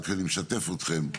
אני רק משתף אתכם,